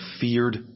feared